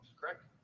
correct